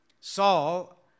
Saul